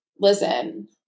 Listen